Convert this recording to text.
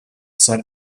sar